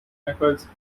knuckles